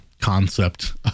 concept